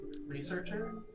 researcher